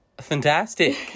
Fantastic